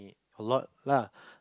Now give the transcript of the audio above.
a lot lah